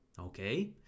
Okay